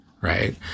right